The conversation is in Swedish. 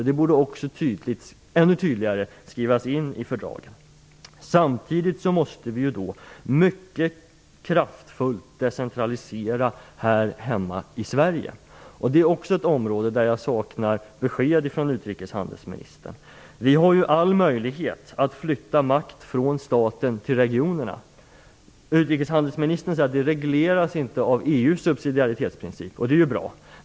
Detta borde också ännu tydligare skrivas in i fördragen. Samtidigt måste vi mycket kraftfullt decentralisera här hemma i Sverige. Det är också ett område där jag saknar besked från utrikeshandelsministern. Vi har ju all möjlighet att flytta makt från staten till regionerna. Utrikeshandelsministern säger att detta inte regleras av EU:s subsidiaritetsprincip, och det är ju bra.